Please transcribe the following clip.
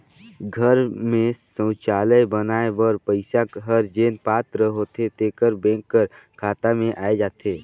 घर में सउचालय बनाए बर पइसा हर जेन पात्र होथे तेकर बेंक कर खाता में आए जाथे